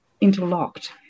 interlocked